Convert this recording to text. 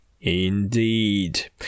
Indeed